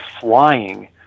flying